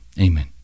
Amen